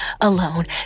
alone